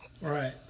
right